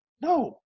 No